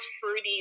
fruity